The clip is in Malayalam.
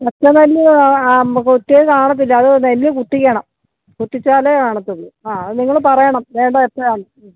അത്ര വലിയ ആ കുത്തിയത് കാണത്തില്ല അത് നെല്ല് കുത്തിക്കണം കുത്തിച്ചാലേ കാണുള്ളൂ ആ അത് നിങ്ങൾ പറയണം വേണ്ടത് എത്രയാണെന്ന്